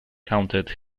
counted